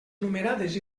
numerades